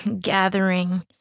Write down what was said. gathering